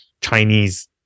chinese